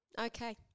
okay